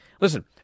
Listen